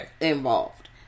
involved